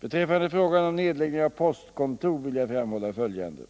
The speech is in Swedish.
Beträffande frågan om nedläggning av postkontor vill jag framhålla följande.